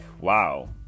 wow